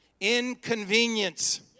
inconvenience